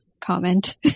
comment